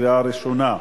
בקריאה ראשונה.